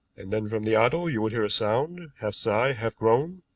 and then from the idol you would hear a sound, half sigh, half groan.